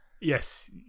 Yes